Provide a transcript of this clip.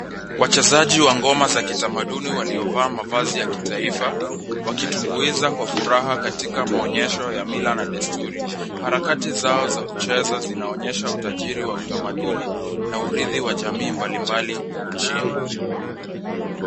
Wachezaji wa ngoma za kitamaduni waliovaa mavazi ya kitaifa, wakitumbuiza kwa furaha katika maonyesho ya mila na desturi. Harakati zao za kucheza zinaonyesha utajiri wa utamaduni na urithi wa jamii mbali mbali nchini.